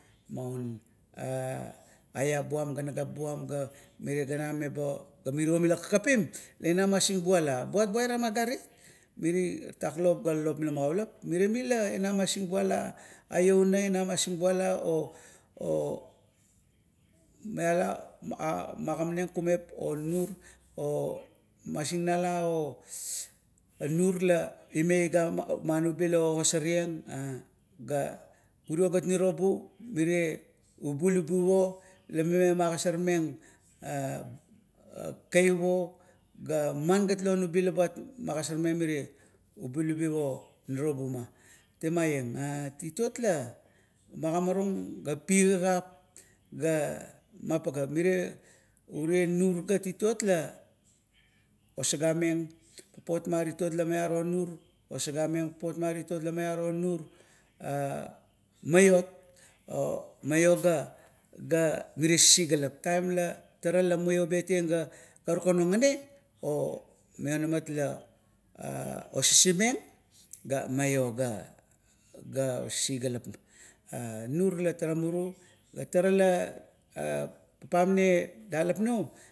aiap buam, ga nagap buam, ga mirer ganam meba miro ganam mila kapim la ina masingbula buat, buaram agarit. Miri tatak lop ga lop mila magaulap miremi la ina masinbuala a ioua masingbuala ougam. Niap ma kumep o nur, o masingnala o nur man ubi la ime ogosareng ga, urio gat nirobu me ubulubup or, le ime magosormeng kep o, gaman gat non ubi ta ime magosormeng mire ubulubup o, nirobu ma. Temaieng, a titot la magimarung pigagap ga ma pageap. Ure ur gat titot la osagameng papot ma titot la maro nur ga maiot, ga maiom gamire sisigalap taim, tara la muio betieng, ga karukan ogane omaionamat la osisimeng ga maio ga sisigalapit. nur la tara muru na tara la papam nam dalap nuo.